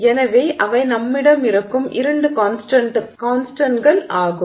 எனவே அவை நம்மிடம் இருக்கும் இரண்டு கான்ஸ்டன்ட்கள் ஆகும்